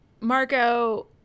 Marco